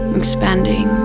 expanding